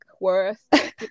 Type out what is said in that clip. worth